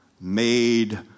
made